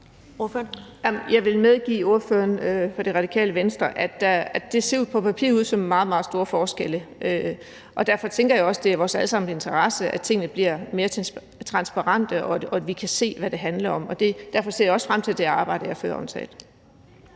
Jeg vil medgive ordføreren fra Radikale Venstre, at det på papiret ser ud som meget, meget store forskelle, og derfor tænker jeg også, at det er i vores alle sammens interesse, at tingene bliver mere transparente, og at vi kan se, hvad det handler om. Derfor ser jeg også frem til det arbejde, jeg før omtalte.